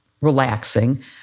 relaxing